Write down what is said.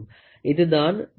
இது தான் திம்பல்